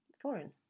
foreign